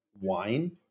wine